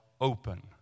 open